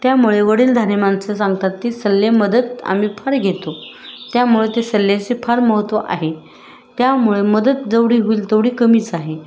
त्यामुळे वडीलधारी माणसं सांगतात ती सल्ले मदत आम्ही फार घेतो त्यामुळं ते सल्ल्याचे फार महत्त्व आहे त्यामुळं मदत जेवढी होईल तेवढी कमीच आहे